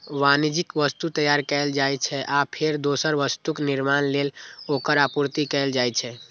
वाणिज्यिक वस्तु तैयार कैल जाइ छै, आ फेर दोसर वस्तुक निर्माण लेल ओकर आपूर्ति कैल जाइ छै